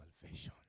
salvation